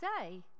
say